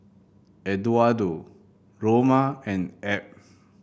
Eduardo Roma and Ebb